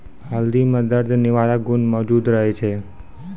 हल्दी म दर्द निवारक गुण मौजूद रहै छै